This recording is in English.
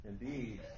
Indeed